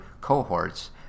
cohorts